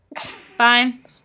fine